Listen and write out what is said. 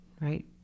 right